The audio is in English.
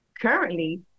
currently